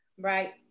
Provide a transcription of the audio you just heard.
right